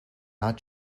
not